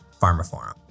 PharmaForum